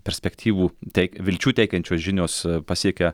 perspektyvų te vilčių teikiančios žinios pasiekia